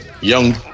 young